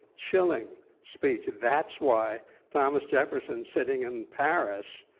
chilling speech. that's why thomas jefferson, sitting in paris,